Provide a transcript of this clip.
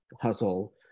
hustle